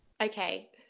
Okay